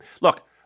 look